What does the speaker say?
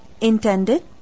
intended